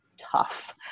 tough